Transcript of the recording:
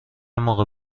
موقع